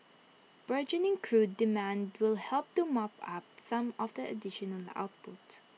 burgeoning crude demand will help to mop up some of the additional output